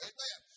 Amen